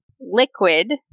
liquid